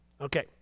Okay